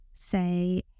say